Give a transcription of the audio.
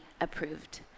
approved